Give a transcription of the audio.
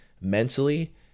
mentally